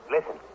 Listen